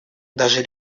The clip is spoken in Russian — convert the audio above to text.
даже